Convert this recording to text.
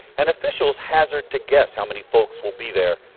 and officials hazard to guess how many folks will be there.